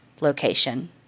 location